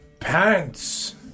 Pants